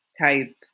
type